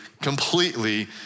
completely